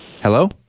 Hello